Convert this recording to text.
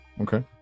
Okay